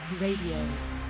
Radio